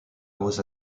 was